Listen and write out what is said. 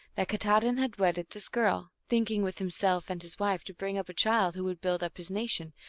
that katahdin had wedded this girl, thinking with himself and his wife to bring up a child who should build up his nation,